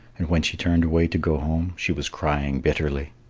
and when she turned away to go home she was crying bitterly.